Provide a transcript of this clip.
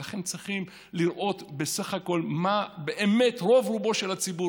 לכן צריכים לראות בסך הכול מה באמת רוב-רובו של הציבור,